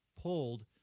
pulled